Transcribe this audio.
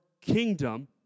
kingdom